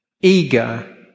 eager